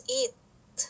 eat